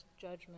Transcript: judgment